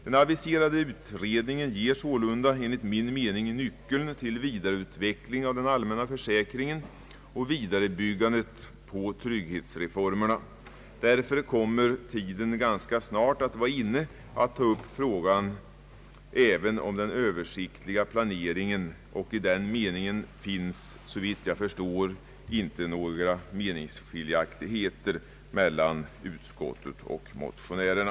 Den aviserade utredningen ger sålunda enligt min mening nyckeln till en vidareutveckling av den allmänna försäkringen och <vidarebyggandet på trygghetsreformerna. Därför kommer tiden ganska snart att vara inne att ta upp även frågan om den översiktliga planeringen. På den punkten finns då såvitt jag förstår inte några meningsskiljaktigheter mellan utskottet och motionärerna.